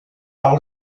par